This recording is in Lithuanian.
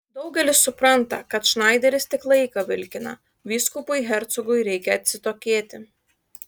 daugelis supranta kad šnaideris tik laiką vilkina vyskupui hercogui reikia atsitokėti